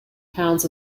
pounds